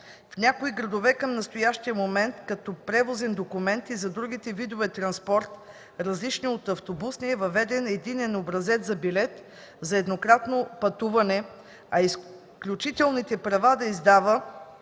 В някои градове към настоящия момент като превозен документ и за другите видове транспорт, различен от автобусния, е въведен единен образец на билет за еднократно пътуване, а изключителните права да издава,